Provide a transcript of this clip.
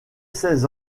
seize